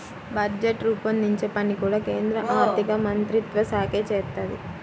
budget రూపొందించే పని కూడా కేంద్ర ఆర్ధికమంత్రిత్వశాఖే చేత్తది